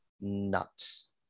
nuts